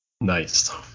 Nice